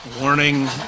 Warning